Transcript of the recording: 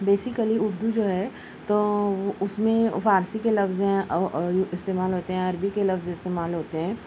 basically Urdu جو ہے تو اس میں فارسی کے لفظ ہیں استعمال ہوتے ہیں عربی کے لفظ استعمال ہوتے ہیں